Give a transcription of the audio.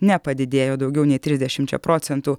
nepadidėjo daugiau nei trisdešimčia procentų